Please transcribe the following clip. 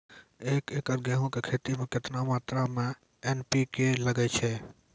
एक एकरऽ गेहूँ के खेती मे केतना मात्रा मे एन.पी.के लगे छै?